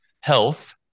health